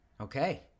Okay